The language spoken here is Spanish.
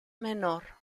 menor